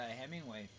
Hemingway